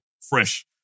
Fresh